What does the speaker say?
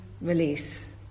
release